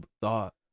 thought